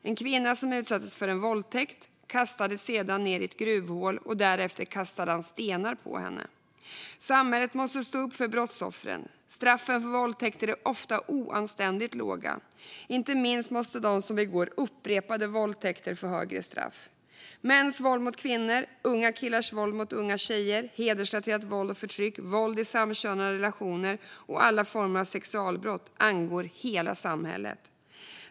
En kvinna utsattes för en våldtäkt och kastades sedan ned i ett gruvhål. Därefter kastade han stenar på henne. Samhället måste stå upp för brottsoffren. Straffen för våldtäkter är ofta oanständigt låga. Inte minst måste de som begår upprepade våldtäkter få högre straff. Mäns våld mot kvinnor, unga killars våld mot unga tjejer, hedersrelaterat våld och förtryck, våld i samkönade relationer och alla former av sexualbrott angår hela samhället.